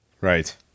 Right